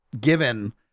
given